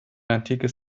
antikes